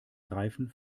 reifen